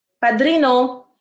Padrino